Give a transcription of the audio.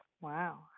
Wow